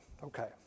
Okay